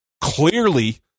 Clearly